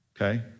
okay